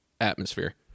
atmosphere